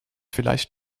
vielleicht